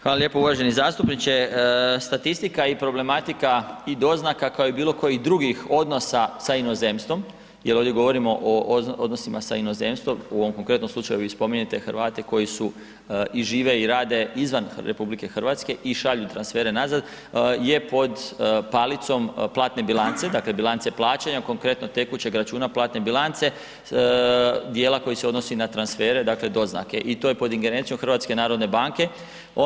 Hvala lijepo uvaženi zastupniče, statistika i problematika i doznaka kao i bilo kojih drugih odnosa sa inozemstvom jer ovdje govorimo o odnosima sa inozemstvom, u ovom konkretnom slučaju vi spominjete Hrvate koji su i žive i rade izvan RH i šalju transfere nazad, je pod palicom platne bilance, dakle bilance plaćanja, konkretno tekućeg računa platne bilance, dijela koji se odnosi na transfere, dakle doznake i to je pod ingerencijom HNB-a.